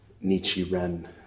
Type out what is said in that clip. Nichiren